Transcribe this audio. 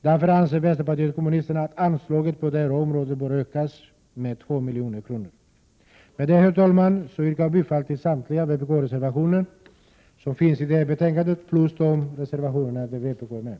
Därför anser vänsterpartiet kommunisterna att anslaget på det här området bör ökas med 2 milj.kr. Med det, herr talman, yrkar jag bifall till samtliga vpk:s reservationer i betänkandet och även till de övriga reservationer som vpk ställt sig bakom.